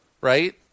right